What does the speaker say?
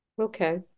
Okay